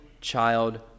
child